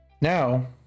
Now